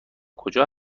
کجا